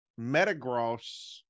Metagross